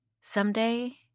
Someday